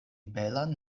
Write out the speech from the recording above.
belan